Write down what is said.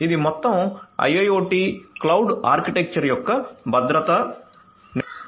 ఇవి మొత్తం IIoT cloud architecture యొక్క భద్రతా నిర్వహణ